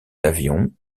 avions